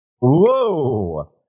whoa